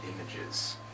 images